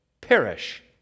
perish